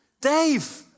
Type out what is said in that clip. Dave